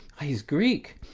he's greek,